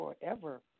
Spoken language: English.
forever